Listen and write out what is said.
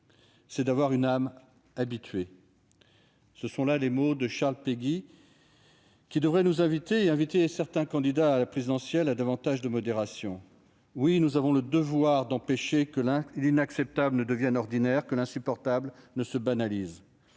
C'est d'avoir une âme habituée ». Ces mots de Charles Péguy devraient inviter certains candidats à l'élection présidentielle à davantage de modération. Oui, nous avons le devoir d'empêcher que l'inacceptable ne devienne ordinaire, que l'insupportable ne se banalise !